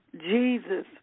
Jesus